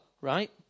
right